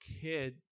kid